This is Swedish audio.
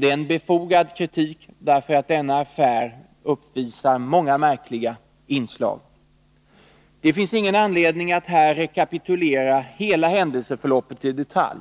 Det är en befogad kritik därför att denna affär uppvisar många märkliga inslag. Det finns ingen anledning att här rekapitulera hela händelseförloppet i detalj.